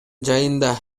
жайында